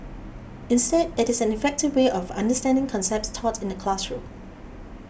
instead it is an effective way of understanding concepts taught in the classroom